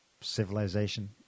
civilization